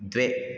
द्वे